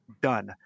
Done